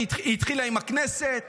היא התחילה עם הכנסת,